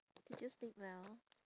did you sleep well